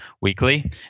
weekly